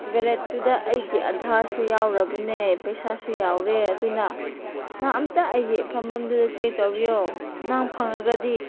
ꯋꯥꯜꯂꯦꯠꯇꯨꯗ ꯑꯩꯒꯤ ꯑꯗꯥꯔꯁꯨ ꯌꯥꯎꯔꯕꯅꯦ ꯄꯩꯁꯥꯁꯨ ꯌꯥꯎꯔꯦ ꯑꯗꯨꯅ ꯅꯪ ꯑꯝꯇ ꯑꯩꯒꯤ ꯐꯝꯐꯝꯗꯨꯗ ꯆꯦꯛ ꯇꯧꯕꯤꯌꯣ ꯅꯪ ꯐꯪꯂꯒꯗꯤ